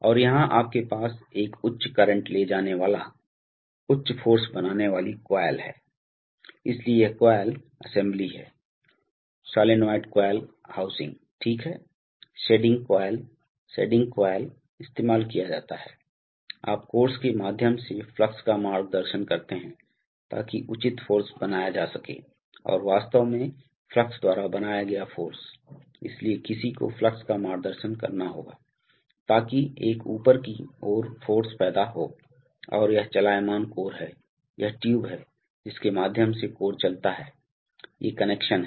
और यहां आपके पास एक उच्च करंट ले जाने वाला उच्च फ़ोर्स बनाने वाली कॉइल है इसलिए यह कॉइल असेंबली है सोलनॉइड कॉइल हाउसिंग ठीक है शेडिंग कॉइल शेडिंग कॉइल इस्तेमाल किया जाता है आप कोर्स के माध्यम से फ्लक्स का मार्गदर्शन करते हैं ताकि उचित फ़ोर्स बनाया जा सके और वास्तव में फ्लक्स द्वारा बनाया गया फ़ोर्स इसलिए किसी को फ्लक्स का मार्गदर्शन करना होगा ताकि एक ऊपर की ओर फ़ोर्स पैदा होI और यह चलायमान कोर है यह ट्यूब है जिसके माध्यम से कोर चलता है ये कनेक्शन हैं